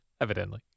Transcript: Evidently